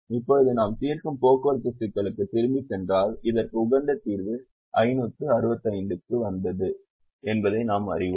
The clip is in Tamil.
இப்போது நாம் தீர்க்கும் போக்குவரத்து சிக்கலுக்கு திரும்பிச் சென்றால் இதற்கு உகந்த தீர்வு 565 க்கு வந்தது என்பதை நாம் அறிவோம்